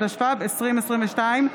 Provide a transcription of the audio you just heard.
התשפ"ב 2022,